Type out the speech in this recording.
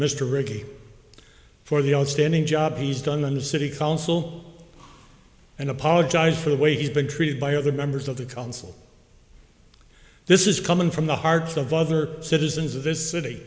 mr rickey for the outstanding job he's done on the city council and apologized for the way he's been treated by other members of the council this is coming from the hearts of other citizens of this city